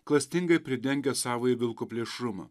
klastingai pridengia savąjį vilko plėšrumą